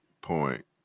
point